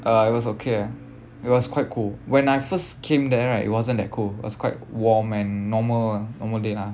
uh it was okay ah it was quite cool when I first came there right it wasn't that cold it was quite warm and normal ah normal day lah